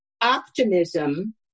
optimism